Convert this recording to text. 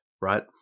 right